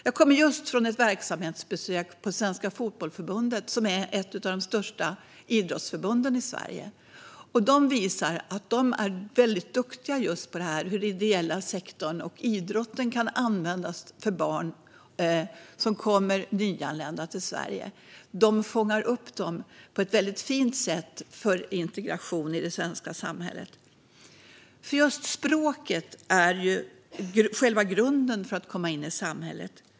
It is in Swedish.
Jag kommer just från ett verksamhetsbesök på Svenska Fotbollförbundet, som är ett av de största idrottsförbunden i Sverige. De är väldigt duktiga på det här med hur den ideella sektorn och idrotten kan användas för barn som är nyanlända i Sverige. De fångar upp dem på ett väldigt fint sätt för integration i det svenska samhället. Språket är själva grunden för att komma in i samhället.